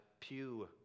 pew